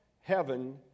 heaven